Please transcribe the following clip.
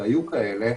והיו כאלה,